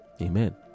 Amen